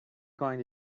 going